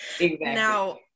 Now